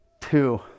two